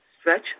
Stretch